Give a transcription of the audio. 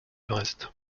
brest